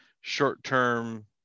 short-term